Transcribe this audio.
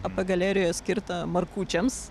ap galerijoje skirta markučiams